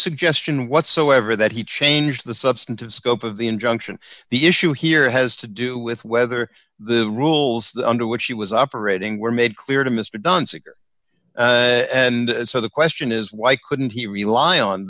suggestion whatsoever that he changed the substance of scope of the injunction the issue here has to do with whether the rules under which he was operating were made clear to mr dunn and so the question is why couldn't he rely on